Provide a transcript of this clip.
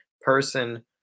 person